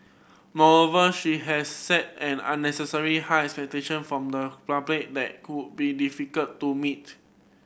moreover she has set an unnecessary high expectation from the public that could be difficult to meet